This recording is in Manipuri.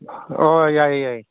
ꯍꯣꯏ ꯌꯥꯏꯌꯦ ꯌꯥꯏꯌꯦ